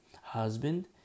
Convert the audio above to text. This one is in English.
husband